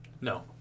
No